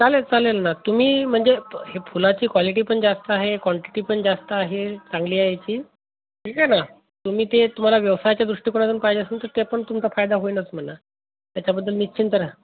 चालेल चालेल ना तुम्ही म्हणजे हे फुलाची क्वालिटी पण जास्त आहे क्वांटिटी पण जास्त आहे चांगली आहे याची ठीक आहे ना तुम्ही ते तुम्हाला व्यवसायाच्या दृष्टिकोनातून पाहिजे असेल तर ते पण तुमचा फायदा होईनच म्हणा त्याच्याबद्दल निश्चिंत रा